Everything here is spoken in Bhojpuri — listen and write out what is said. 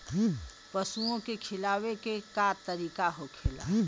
पशुओं के खिलावे के का तरीका होखेला?